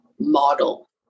model